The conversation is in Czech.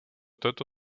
této